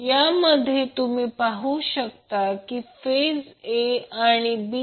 तर आपल्याला माहित आहे की Z 8 j6Ω 10 अँगल 36